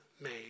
made